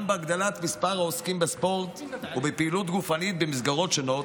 להגדלת מספר העוסקים בספורט ובפעילות גופנית במסגרות שונות,